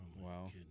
Wow